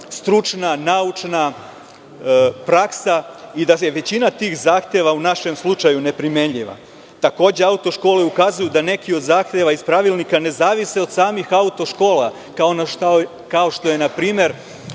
stručna, naučna praksa i da je većina tih zahteva, u našem slučaju, ne primenjiva. Takođe, auto škole ukazuju da neki od zahteva iz pravilnika ne zavise od samih auto škola, kao što je naprimer